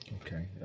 Okay